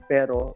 Pero